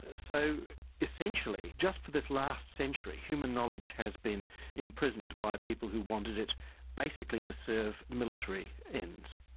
ah so essentially, just for this last century, human knowledge has been imprisoned by people who wanted it basically to serve military ends.